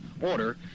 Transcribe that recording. order